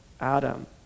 Adam